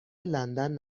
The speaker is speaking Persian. لندن